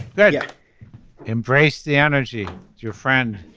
yeah yeah. embrace the energy your friend